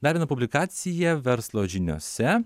dar viena publikacija verslo žiniose